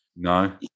No